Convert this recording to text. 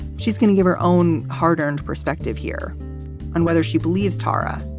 she's going to give her own hard earned perspective here on whether she believes tara.